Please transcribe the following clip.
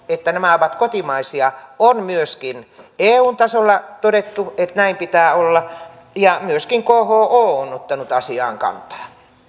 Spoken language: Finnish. että nämä ovat kotimaisia on myöskin eun tasolla todettu että näin pitää olla ja myöskin kho on ottanut asiaan kantaa